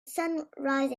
sunrise